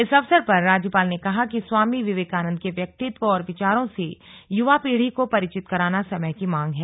इस अवसर पर राज्यपाल ने कहा कि स्वामी विवेकानंद के व्यक्तित्व और विचारों से युवा पीढ़ी को परिचित कराना समय की मांग है